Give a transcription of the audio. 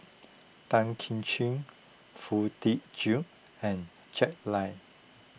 Tan Kim Ching Foo Tee Jun and Jack Lai